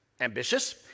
ambitious